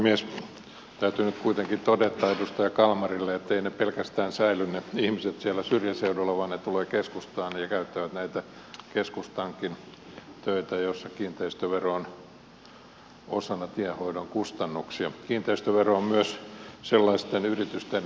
täytyy nyt kuitenkin todeta edustaja kalmarille etteivät ne pelkästään säily ne ihmiset siellä syrjäseuduilla vaan ne tulevat keskustaan ja käyttävät näitä keskustankin teitä joissa kiinteistövero on osana tienhoidon kustannuksia